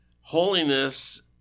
holiness